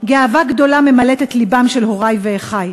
גאווה גדולה ממלאת את לבם של הורי ואחי.